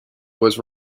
was